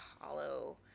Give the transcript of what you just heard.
hollow